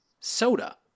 soda